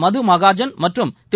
மதுமகாஜன் மற்றும் திரு